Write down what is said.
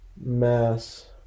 mass